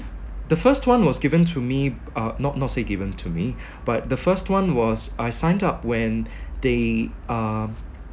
the first one was given to me uh not not say given to me but the first one was I signed up when they uh